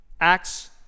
Acts